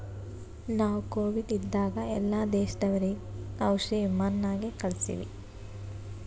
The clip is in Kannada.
ನಾವು ಕೋವಿಡ್ ಇದ್ದಾಗ ಎಲ್ಲಾ ದೇಶದವರಿಗ್ ಔಷಧಿ ವಿಮಾನ್ ನಾಗೆ ಕಳ್ಸಿವಿ